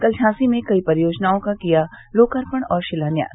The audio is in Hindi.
कल झांसी में कई परियोजनाओं का किया लोकार्पण और शिलान्यास